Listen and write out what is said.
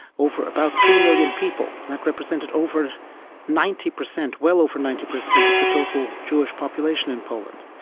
over about three million people, that represented over ninety percent, well over ninety percent of the total jewish population in poland.